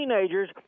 teenagers